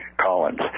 Collins